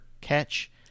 catch